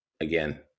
Again